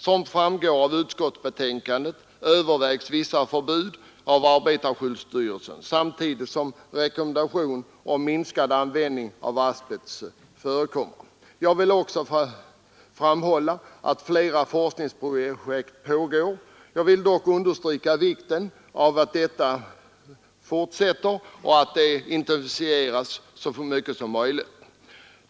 Som framgår av utskottsbetänkandet överväger arbetarskyddsstyrelsen vissa förbud samtidigt som man rekommenderar minskad användning av asbest. Jag vill också framhålla att flera forskningsprojekt pågår. Jag vill understryka vikten av att dessa fortsätter och att de intensifieras så mycket som möjligt.